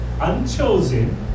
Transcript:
unchosen